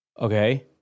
Okay